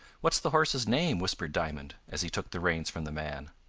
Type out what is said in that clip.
what's the horse's name? whispered diamond, as he took the reins from the man.